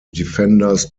defenders